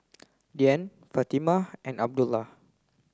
Dian Fatimah and Abdullah